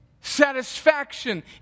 satisfaction